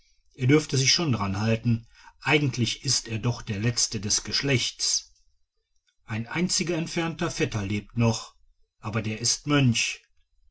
er dürft sich schon daranhalten eigentlich ist er doch der letzte des geschlechts ein einziger entfernter vetter lebt noch aber der ist mönch